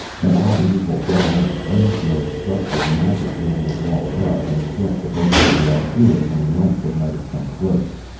at odd intervals automatic flame-throwers thrust their nozzles over the wall above and swept the base of the wall clear of any life that might have come close.